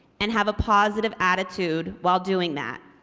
and have a positive attitude while doing that.